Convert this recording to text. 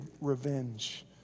revenge